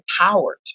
empowered